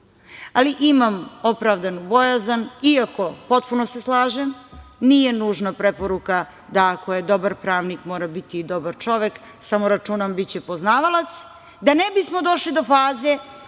ali imam opravdanu bojazan iako, potpuno se slažem nije nužna preporuka da ako je dobar pravnik mora biti i dobar čovek, samo računam biće poznavalac, da ne bismo došli do faze